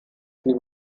sie